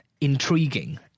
intriguing